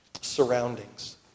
surroundings